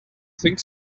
think